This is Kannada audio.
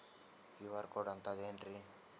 ಕ್ಯೂ.ಆರ್ ಕೋಡ್ ಅಂತಂದ್ರ ಏನ್ರೀ?